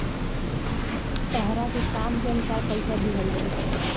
तहरा के काम के अनुसार पइसा दिहल जाइ